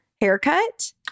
haircut